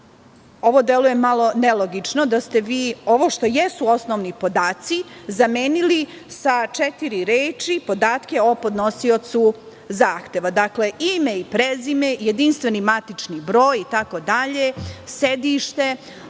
ovo deluje malo nelogično, da ste vi ovo što jesu osnovni podaci zamenili sa četiri reči - podatke o podnosiocu zahteva. Dakle, ime i prezime, jedinstveni matični broj itd, sedište